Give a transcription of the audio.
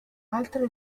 altre